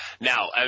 Now